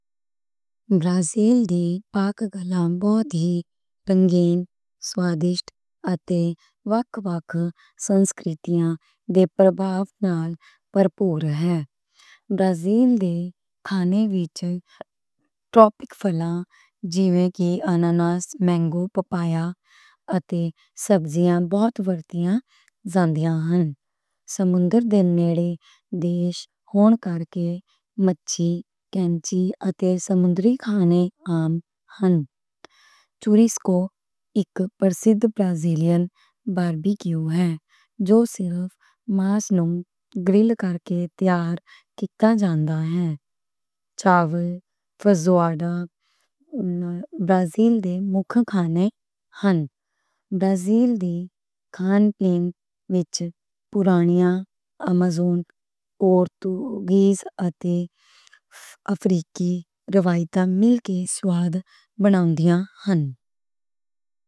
برازیل دے پکوان بہت ہی رنگین، سوادشت اتے وکھ وکھ سنسکرتیاں دے پرابھاؤ نال پرپور ہے۔ برازیل دے کھانے وچ ٹاپک پِک جییویں کہ اناناس، مینگو، پاپایا اتے سبزیاں بہت ورتیاں جان دیا ہن۔ سمندر دے نیڑے دیش ہون کرکے مچھّی، جھینگے اتے سمندری کھانے عام ہن۔ چُرّاسکو اک برازیلین باربیکیو ہے، جو گرِل کرکے تیار کِتا جاندا ہے۔ چاول، فیجوادا، برازیل دے مکھ کھانے ہن۔ برازیل دے کھان پین وچ پرانیاں، ایمازون، پرتگالی اتے افریقی روایتاں مل کے سواد بناؤندیاں ہن۔